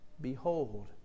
Behold